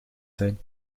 zijn